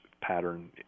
pattern